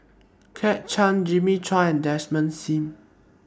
Kit Chan Jimmy Chua and Desmond SIM